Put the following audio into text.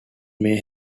may